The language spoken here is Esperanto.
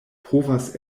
povas